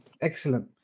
excellent